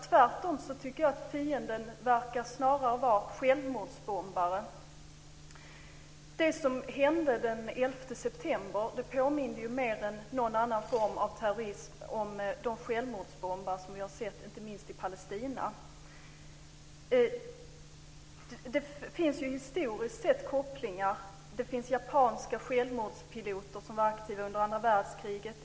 Tvärtom tycker jag att fienden verkar vara självmordsbombare. Det som hände den 11 september påminde oss mer om de självmordsbombare som vi har sett inte minst i Palestina än om någon annan form av terrorism. Det finns historiska kopplingar. Japanska självmordspiloter var aktiva under andra världskriget.